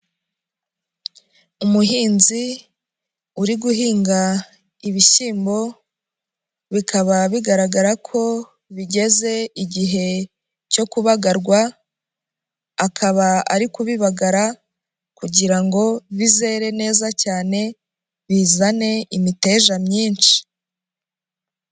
Umuhinzi uri guhinga ibishyimbo bikaba bigaragara ko bigeze igihe cyo kubagarwa, akaba ari kubibagara kugira ngo bizere neza cyane bizane imiteja myinshi.